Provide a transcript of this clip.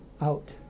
out